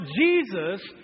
Jesus